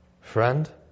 Friend